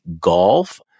Golf